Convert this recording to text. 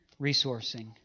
resourcing